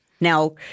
Now